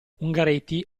ungaretti